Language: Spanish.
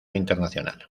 internacional